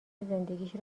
زندگیش